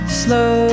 slow